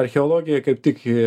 archeologija kaip tik ji